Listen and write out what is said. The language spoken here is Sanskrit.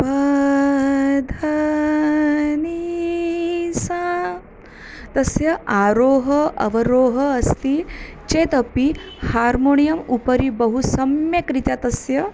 प ध नी सा तस्य आरोहणं अवरोहणं अस्ति चेतपि हार्मोनियम् उपरि बहु सम्यक्रीत्या तस्य